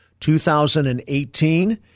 2018